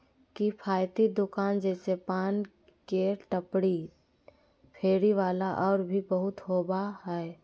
किफ़ायती दुकान जैसे पान के टपरी, फेरी वाला और भी बहुत होबा हइ